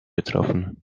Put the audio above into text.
betroffen